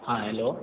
हाँ हेलो